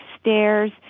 stairs